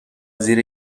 زیر